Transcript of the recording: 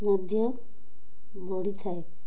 ମଧ୍ୟ ବଢ଼ିଥାଏ